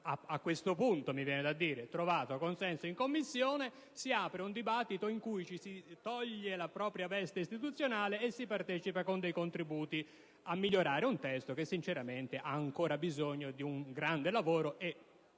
a questo punto mi viene di dire - trovato consenso in Commissione. Si apre un dibattito in cui ci si toglie la propria veste istituzionale e si partecipa con dei contributi a migliorare un testo che, sinceramente, ha ancora bisogno di un grande lavoro: